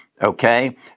Okay